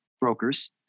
brokers